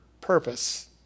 purpose